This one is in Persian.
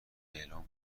اعلام